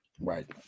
Right